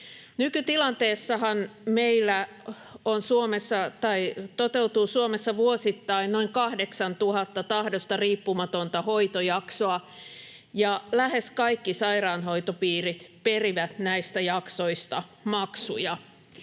Nykytilanteessahan meillä toteutuu Suomessa vuosittain noin 8 000 tahdosta riippumatonta hoitojaksoa ja lähes kaikki sairaanhoitopiirit perivät näistä jaksoista maksuja.